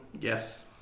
Yes